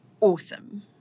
awesome